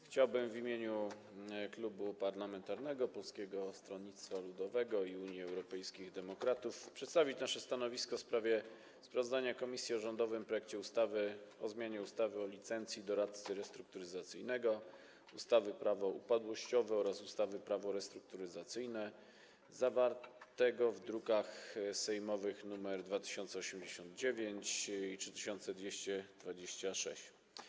Chciałbym w imieniu Klubu Poselskiego Polskiego Stronnictwa Ludowego - Unii Europejskich Demokratów przedstawić nasze stanowisko wobec sprawozdania komisji o rządowym projekcie ustawy o zmianie ustawy o licencji doradcy restrukturyzacyjnego, ustawy Prawo upadłościowe oraz ustawy Prawo restrukturyzacyjne, druki sejmowe nr 2089 i 3226.